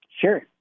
Sure